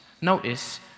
Notice